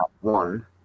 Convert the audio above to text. one